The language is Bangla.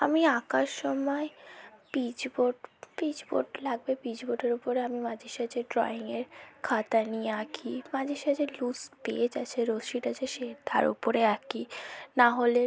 আমি আঁকার সময় পিচ বোর্ড পিচ বোর্ড লাগবে পিচ বোডের উপরে আমি মাঝে সাঝে ড্রইংয়ের খাতা নিয়ে আঁকি মাঝে সাঝে লুজ পেজ আছে লুজ শিট আছে সেই তার ওপরে আঁকি নাহলে